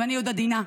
ואני עוד עדינה.